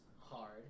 hard